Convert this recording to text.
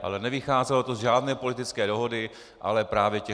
Ale nevycházelo to z žádné politické dohody, ale právě těch .